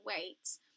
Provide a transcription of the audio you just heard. weights